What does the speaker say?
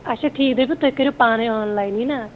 اچھا ٹھیٖک دٔپِو تُہۍ کٔرِو پانَے آن لاینٕے نہ